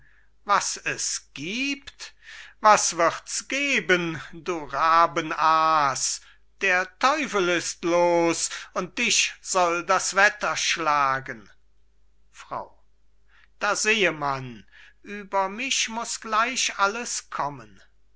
fingerslang was es gibt was wird's geben du rabenaas der teufel ist los und dich soll das wetter schlagen frau da sehe man über mich muß gleich alles kommen